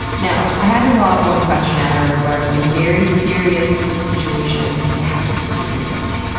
now, i had to lob one question at her regarding a very serious situation that happened to me recently.